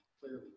clearly